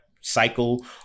cycle